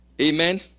Amen